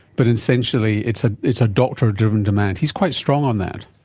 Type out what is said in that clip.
but essentially it's ah it's a doctor-driven demand. he is quite strong on that.